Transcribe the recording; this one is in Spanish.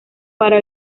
para